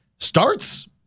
Starts